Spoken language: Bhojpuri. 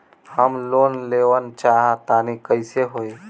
हम लोन लेवल चाह तानि कइसे होई?